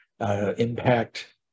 Impact